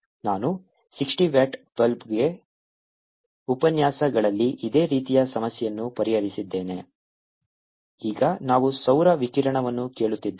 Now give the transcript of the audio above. ನಾನು 60 ವ್ಯಾಟ್ ಬಲ್ಬ್ಗಾಗಿ ಉಪನ್ಯಾಸಗಳಲ್ಲಿ ಇದೇ ರೀತಿಯ ಸಮಸ್ಯೆಯನ್ನು ಪರಿಹರಿಸಿದ್ದೇನೆ ಈಗ ನಾವು ಸೌರ ವಿಕಿರಣವನ್ನು ಕೇಳುತ್ತಿದ್ದೇವೆ